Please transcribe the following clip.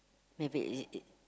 maybe is it it